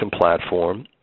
platform